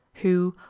who,